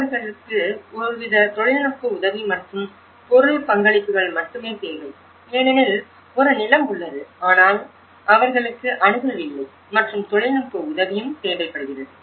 அவர்களுக்கு ஒருவித தொழில்நுட்ப உதவி மற்றும் பொருள் பங்களிப்புகள் மட்டுமே தேவை ஏனெனில் ஒரு நிலம் உள்ளது ஆனால் அவர்களுக்கு அணுகல் இல்லை மற்றும் தொழில்நுட்ப உதவியும் தேவைப்படுகிறது